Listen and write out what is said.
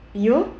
you